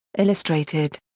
illustrated.